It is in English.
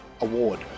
award